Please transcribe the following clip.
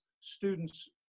students